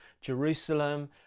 Jerusalem